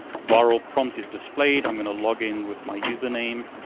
virl prompt is displayed. i'm gonna login with my username,